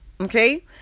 Okay